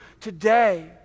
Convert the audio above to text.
today